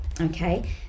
okay